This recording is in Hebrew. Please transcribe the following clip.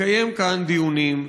לקיים כאן דיונים,